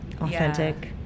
authentic